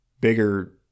bigger